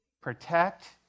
Protect